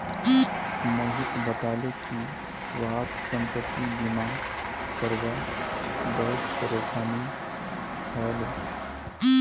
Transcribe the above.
मोहित बताले कि वहाक संपति बीमा करवा त बहुत परेशानी ह ले